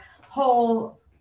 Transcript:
whole